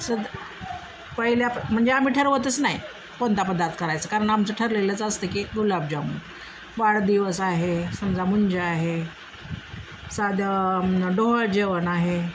सद पहिल्या म्हणजे आम्ही ठरवतच नाही कोणता पदार्थ करायचं कारण आमचं ठरलेलंच असतं की गुलाबजामून वाढदिवस आहे समजा मुंज आहे साधं डोहाळं जेवण आहे